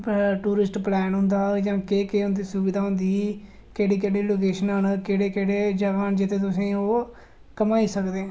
tourist plan होंदा जां केह् केह् सुविधा होंदी होंदी केह्ड़ी केह्ड़ी लोकेशनां न केह्ड़ी केह्ड़ी जगह् तुसेंगी ओह् घुमाई सकदे